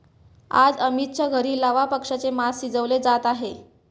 आज अमितच्या घरी लावा पक्ष्याचे मास शिजवले जात आहे